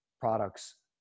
products